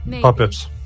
puppets